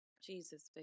jesus